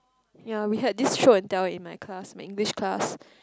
ya we had this show and tell in my class my English class